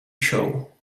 show